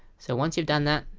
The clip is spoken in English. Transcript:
so once you've done that,